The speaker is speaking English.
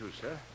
sir